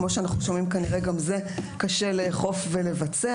כמו שאנחנו שומעים כנראה גם את זה קשה לאכוף ולבצע,